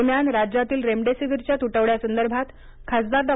दरम्यान राज्यातील रेमडेसीवीरच्या तुटवडयासंदर्भात खासदार डॉ